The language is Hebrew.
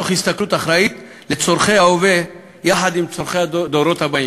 תוך הסתכלות אחראית על צורכי ההווה יחד עם צורכי הדורות הבאים,